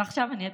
עכשיו אני אתחיל.